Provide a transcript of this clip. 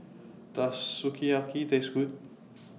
Does Sukiyaki Taste Good